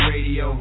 Radio